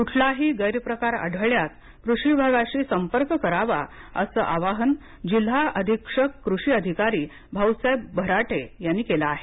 कुठलाही गैरप्रकार आढळल्यास कृषी विभागाशी संपर्क करावा असं आवाहन जिल्हा अधीक्षक कृषी अधिकारी भाऊसाहेब बऱ्हाटे यांनी केलं आहे